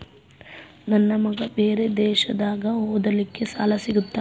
ನನ್ನ ಮಗ ಬೇರೆ ದೇಶದಾಗ ಓದಲಿಕ್ಕೆ ಸಾಲ ಸಿಗುತ್ತಾ?